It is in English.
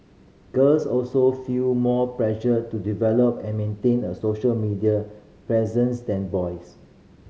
girls also feel more pressure to develop and maintain a social media presence than boys